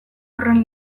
horren